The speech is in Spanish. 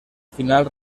final